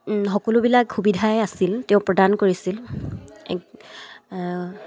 সকলোবিলাক সুবিধাই আছিল তেওঁ প্ৰদান কৰিছিল এক